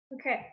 Okay